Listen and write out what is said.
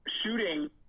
shooting